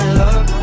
love